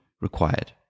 required